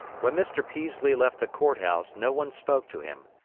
when mr. peaslee left the court house no one spoke to him,